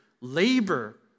labor